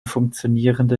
funktionierende